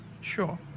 sure